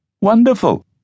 Wonderful